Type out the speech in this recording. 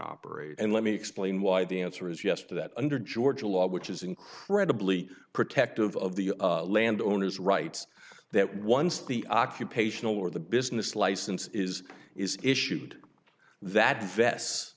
operate and let me explain why the answer is yes to that under georgia law which is incredibly protective of the landowners rights that once the occupational or the business license is issued that vest